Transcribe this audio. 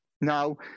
Now